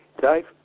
Dave